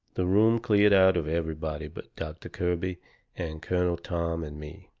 the room cleared out of everybody but doctor kirby and colonel tom and me.